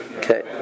okay